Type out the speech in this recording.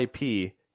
IP